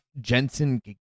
Jensen